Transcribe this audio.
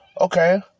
Okay